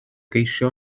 geisio